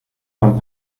von